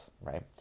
right